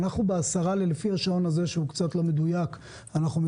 בעשרה לארבע אנחנו מסיימים,